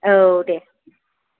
औ दे